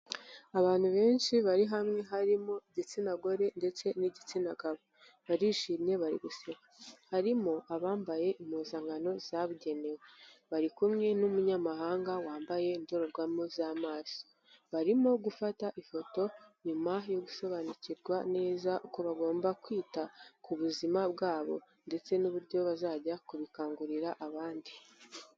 Abantu benshi bari hamwe harimo igitsina gore ndetse n'igitsina, barishimye bari guseka harimo abambaye impuzankano zabugenewe, bari kumwe n'umunyamahanga wambaye indorerwamo z'amaso, barimo gufata ifoto nyuma yo gusobanukirwa neza uko bagomba kwita ku buzima bwabo ndetse n'uburyo bazajya kubikangurira abandi.